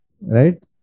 Right